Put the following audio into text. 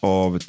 av